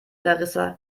larissa